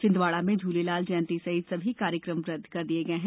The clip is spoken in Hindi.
छिंदवाड़ा में झूलेलाल जयंती सहित सभी कार्यक्रम रद्द कर दिये गये हैं